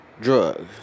drugs